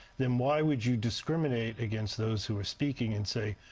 then why would you discriminate against those who are speaking and say,